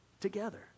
together